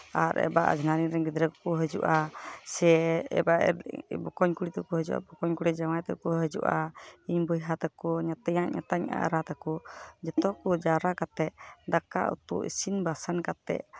ᱟᱨ ᱮᱵᱟᱨ ᱟᱡᱷᱱᱟᱨᱤᱧ ᱨᱮᱱ ᱜᱤᱫᱽᱨᱟᱹ ᱠᱚᱠᱚ ᱦᱟᱹᱡᱩᱜᱼᱟ ᱥᱮ ᱮᱵᱟᱨ ᱵᱚᱠᱚᱧ ᱠᱩᱲᱤ ᱛᱟᱠᱚ ᱠᱚ ᱦᱟᱹᱡᱩᱜᱼᱟ ᱵᱚᱠᱚᱧ ᱠᱩᱲᱤ ᱡᱟᱶᱟᱭ ᱛᱟᱠᱚ ᱠᱚ ᱦᱟᱡᱩᱜᱼᱟ ᱤᱧ ᱵᱚᱭᱦᱟ ᱛᱟᱠᱚ ᱧᱟᱛᱭᱟᱧ ᱧᱟᱛᱟᱧ ᱮᱨᱟ ᱛᱟᱠᱚ ᱡᱚᱛᱚ ᱠᱚ ᱡᱟᱣᱨᱟ ᱠᱟᱛᱮ ᱫᱟᱠᱟ ᱩᱛᱩ ᱤᱥᱤᱱ ᱵᱟᱥᱟᱝ ᱠᱟᱛᱮ